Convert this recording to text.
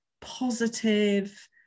positive